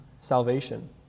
salvation